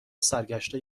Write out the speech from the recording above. سرگشته